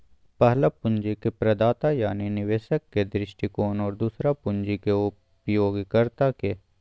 पहला पूंजी के प्रदाता यानी निवेशक के दृष्टिकोण और दूसरा पूंजी के उपयोगकर्ता के